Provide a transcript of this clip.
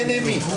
תנו לכהניסטים.